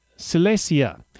Silesia